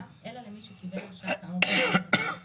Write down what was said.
אלא למי שקיבל הרשאה כאמור בסעיף קטן